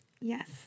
Yes